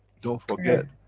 don't forget,